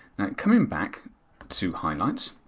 coming back to highlights,